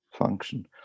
function